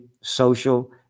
social